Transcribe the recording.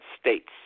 States